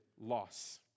loss